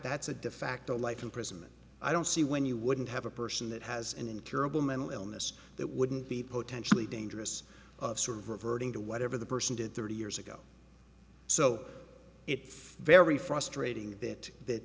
that's a defacto life imprisonment i don't see when you wouldn't have a person that has an incurable mental illness that wouldn't be potentially dangerous of sort of reverting to whatever the person did thirty years ago so very frustrating that that